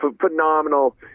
phenomenal